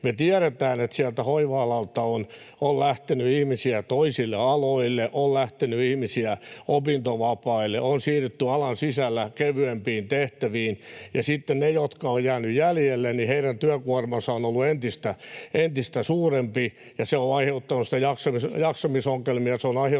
Me tiedetään, että sieltä hoiva-alalta on lähtenyt ihmisiä toisille aloille, on lähtenyt ihmisiä opintovapaille, on siirrytty alan sisällä kevyempiin tehtäviin, ja sitten niiden, jotka ovat jääneet jäljelle, työkuorma on ollut entistä suurempi. Ja se on aiheuttanut jaksamisongelmia,